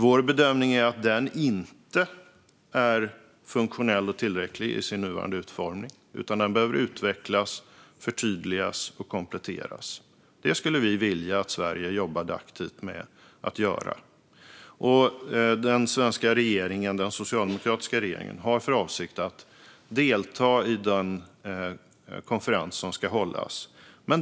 Vår bedömning är att den inte är funktionell och tillräcklig i sin nuvarande utformning utan att den behöver utvecklas, förtydligas och kompletteras. Det skulle vi vilja att Sverige jobbade aktivt med. Den svenska socialdemokratiska regeringen har för avsikt att delta i den konferens som ska hållas.